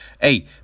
hey